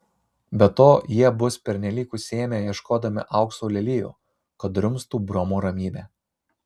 be to jie bus pernelyg užsiėmę ieškodami aukso lelijų kad drumstų bromo ramybę